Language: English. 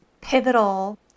pivotal